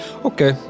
Okay